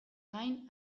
gain